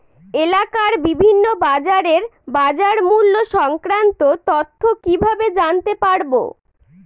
এলাকার বিভিন্ন বাজারের বাজারমূল্য সংক্রান্ত তথ্য কিভাবে জানতে পারব?